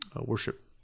worship